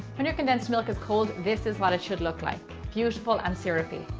when your condensed milk is cold, this is what it should look like. beautiful and syrupy.